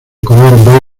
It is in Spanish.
color